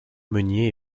meunier